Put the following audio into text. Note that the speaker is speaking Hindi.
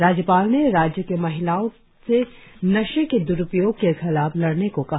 राज्यपाल ने राज्य के महिलाओं से नशे के द्रुपयोग के खिलाफ लड़ने को कहा